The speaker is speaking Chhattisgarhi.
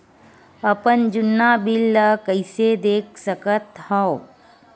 अपन जुन्ना बिल ला कइसे देख सकत हाव?